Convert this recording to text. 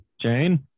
Jane